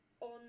on